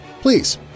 please